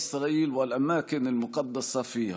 ראשי ומנהיגי שתי המדינות ישרות הדרך,